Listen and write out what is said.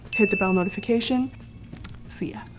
hit the bell notification see ya